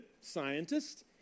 scientist